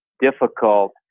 difficult